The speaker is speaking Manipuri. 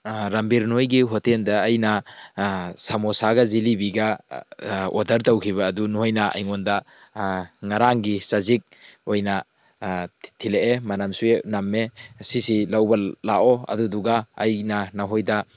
ꯔꯝꯕꯤꯔ ꯅꯣꯏꯒꯤ ꯍꯣꯇꯦꯜꯗ ꯑꯩꯅ ꯁꯃꯣꯁꯥꯒ ꯖꯤꯂꯤꯕꯤꯒ ꯑꯣꯔꯗ꯭ꯔ ꯇꯧꯈꯤꯕ ꯑꯗꯨ ꯅꯈꯣꯏꯅ ꯑꯩꯉꯣꯟꯗ ꯉꯔꯥꯡꯒꯤ ꯆꯖꯤꯛ ꯑꯣꯏꯅ ꯊꯤꯜꯂꯛꯑꯦ ꯃꯅꯝꯁꯨ ꯅꯝꯃꯦ ꯁꯤꯁꯤ ꯂꯧꯕ ꯂꯥꯛꯑꯣ ꯑꯗꯨꯗꯨꯒ ꯑꯩꯅ ꯅꯈꯣꯏꯗ